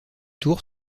tours